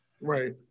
Right